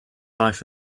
life